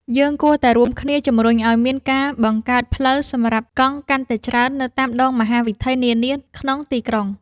យើងគួរតែរួមគ្នាជម្រុញឱ្យមានការបង្កើតផ្លូវសម្រាប់កង់កាន់តែច្រើននៅតាមដងមហាវិថីនានាក្នុងទីក្រុង។